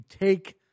take